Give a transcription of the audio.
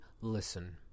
listen